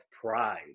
pride